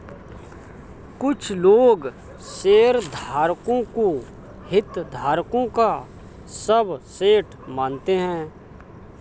कुछ लोग शेयरधारकों को हितधारकों का सबसेट मानते हैं